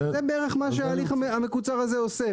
זה בערך מה שההליך המקוצר הזה עושה,